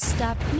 Stop